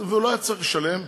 ולא היה צריך לשלם,